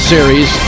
Series